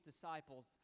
disciples